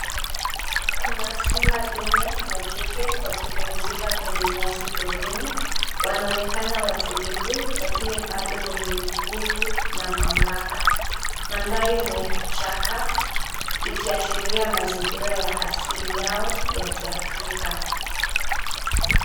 Kuna simba dume na jike wakipumzika kwenye nyasi porini wanaonekana watulivu lakini bado wenye nguvu na mamlaka ,mandhari ni ya kichaka ikiashiria mazingira ya asili yao ya kiafrika.